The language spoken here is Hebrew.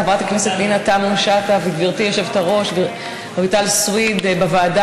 חברת הכנסת פנינה תמנו-שטה וגברתי היושבת-ראש רויטל סויד בוועדה